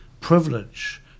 privilege